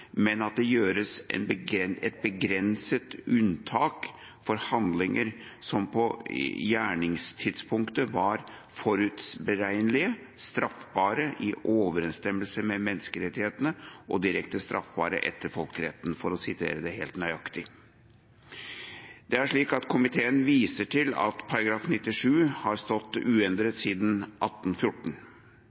men at det gjøres et begrenset unntak «for handlinger som på gjerningstidspunktet var forutberegnelig straffbare i overensstemmelse med menneskerettighetene og direkte straffbare etter folkeretten», for å sitere det helt nøyaktig. Komiteen viser til at § 97 har stått uendret siden 1814.